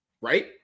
right